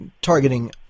targeting